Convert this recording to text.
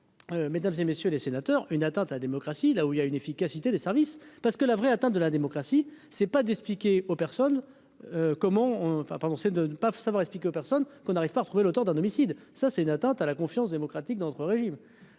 pas. Mesdames et messieurs les sénateurs, une atteinte à la démocratie, là où il y a une efficacité des services parce que la vraie atteinte de la démocratie, c'est pas d'expliquer aux personnes. Comment, enfin, pardon, c'est de ne pas savoir, explique personne qu'on arrive pas à retrouver l'auteur d'un homicide, ça c'est une atteinte à la confiance démocratique notre régime